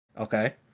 Okay